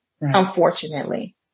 unfortunately